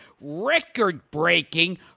record-breaking